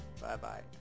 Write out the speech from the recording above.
Bye-bye